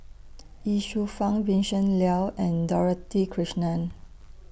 Ye Shufang Vincent Leow and Dorothy Krishnan